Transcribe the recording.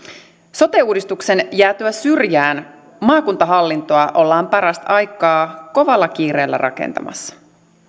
sote uudistuksen jäätyä syrjään maakuntahallintoa ollaan parastaikaa kovalla kiireellä rakentamassa